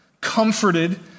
comforted